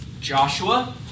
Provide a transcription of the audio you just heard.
Joshua